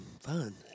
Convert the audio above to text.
fun